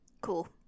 Cool